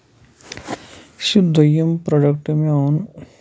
یُس یہِ دٔیُم پروڈَکٹ مےٚ اوٚن